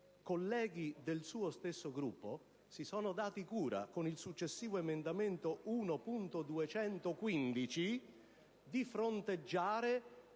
colleghi del suo stesso Gruppo si sono dati cura, con il successivo emendamento 1.215, di fronteggiare